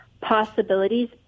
possibilities